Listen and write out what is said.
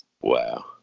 Wow